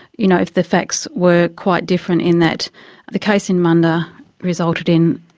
you know, if the facts were quite different in that the case in munda resulted in